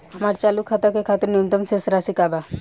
हमार चालू खाता के खातिर न्यूनतम शेष राशि का बा?